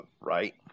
right